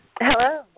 Hello